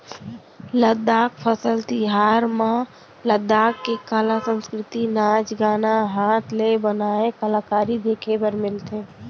लद्दाख फसल तिहार म लद्दाख के कला, संस्कृति, नाच गाना, हात ले बनाए कलाकारी देखे बर मिलथे